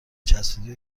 چسبیدی